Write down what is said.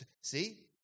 See